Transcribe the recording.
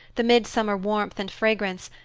the midsummer warmth and fragrance,